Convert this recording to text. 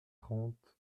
trente